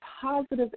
positive